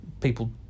People